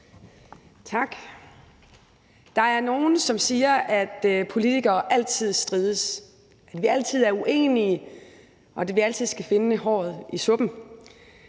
Tak. Der er nogle, som siger, at politikere altid strides, at vi altid er uenige, og at vi altid skal finde håret i suppen.